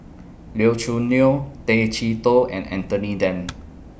Liu Choo Neo Tay Chee Toh and Anthony Then